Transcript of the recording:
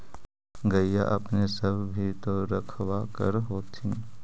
गईया अपने सब भी तो रखबा कर होत्थिन?